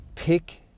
Pick